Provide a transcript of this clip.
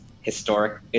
historic